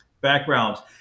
backgrounds